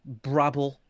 Brabble